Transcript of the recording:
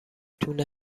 تونه